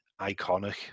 iconic